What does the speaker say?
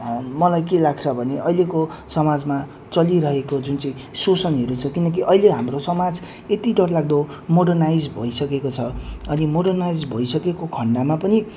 मलाई के लाग्छ भने अहिलेको समाजमा चलिरहेको जुन चाहिँ शोषणहरू छ किनकि अहिले हाम्रो समाज यति डरलाग्दो मोडर्नाइज भइसकेको छ अनि मोडर्नाइज भइसकेको खण्डमा पनि